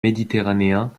méditerranéen